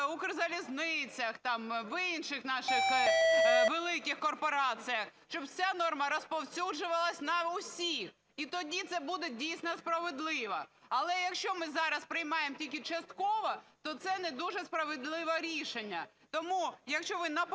в Укрзалізницях там, в інших наших великих корпораціях, щоб ця норма розповсюджувалася на всіх і тоді це буде дійсно справедливо. Але, якщо ми зараз приймаємо тільки частково, то це не дуже справедливе рішення. Тому, якщо ви наполягаєте,